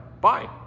bye